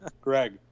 Greg